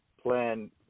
plan